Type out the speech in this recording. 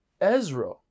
Ezra